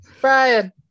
Brian